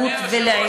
לסבלנות ולעימות.